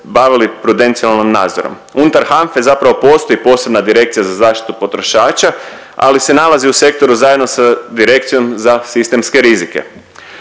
bavili prudencijalnim nadzorom. Unutar HANFA-e zapravo postoji posebna direkcija za zaštitu potrošača, ali se nalazi u sektoru zajedno sa direkcijom za sistemske rizike.